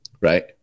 right